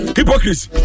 hypocrisy